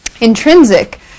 Intrinsic